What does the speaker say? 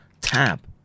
tab